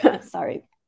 Sorry